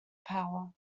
power